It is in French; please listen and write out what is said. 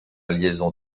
liaison